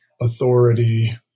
authority